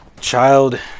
Child